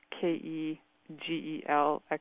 K-E-G-E-L